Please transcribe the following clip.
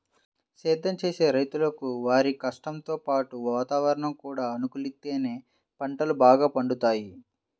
సేద్దెం చేసే రైతులకు వారి కష్టంతో పాటు వాతావరణం కూడా అనుకూలిత్తేనే పంటలు బాగా పండుతయ్